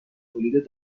تولید